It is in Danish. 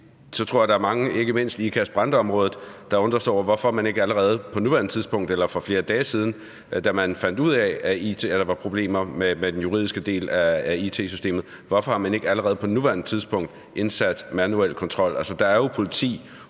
tror jeg, at der er mange – ikke mindst i Ikast-Brande-området – der undrer sig over, hvorfor man ikke allerede på nuværende tidspunkt eller for flere dage siden, da man fandt ud af, at der var problemer med den juridiske del af it-systemet, har indsat manuel kontrol? Altså, der er jo politi